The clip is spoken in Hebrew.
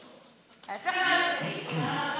השררה,